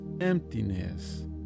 emptiness